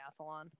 triathlon